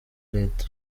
leta